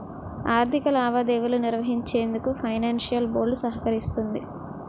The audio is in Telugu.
ఆర్థిక లావాదేవీలు నిర్వహించేందుకు ఫైనాన్షియల్ బోర్డ్ సహకరిస్తుంది